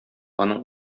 аның